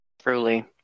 Truly